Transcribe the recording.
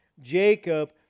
Jacob